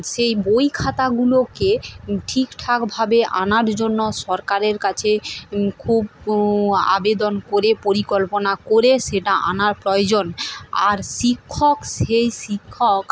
সেই বই খাতাগুলোকে ঠিকঠাকভাবে আনার জন্য সরকারের কাছে খুব আবেদন করে পরিকল্পনা করে সেটা আনার প্রয়োজন আর শিক্ষক সেই শিক্ষক